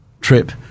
trip